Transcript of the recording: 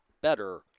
better